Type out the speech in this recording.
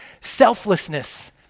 selflessness